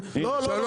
זה הכול,